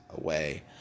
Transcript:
away